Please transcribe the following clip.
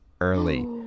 early